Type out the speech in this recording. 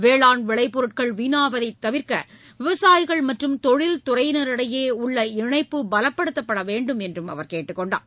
வேளாண் விளை பொருட்கள் வீணாகுவதை தவிர்க்க விவசாயிகள் மற்றும் தொழில் துறையினரிடையே உள்ள இணைப்பு பலப்படுத்தப்பட வேண்டும் என்றும் அவர் கேட்டுக் கொண்டார்